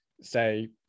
say